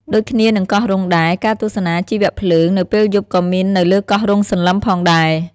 ដូចគ្នានឹងកោះរ៉ុងដែរ ការទស្សនាជីវភ្លើង នៅពេលយប់ក៏មាននៅលើកោះរ៉ុងសន្លឹមផងដែរ។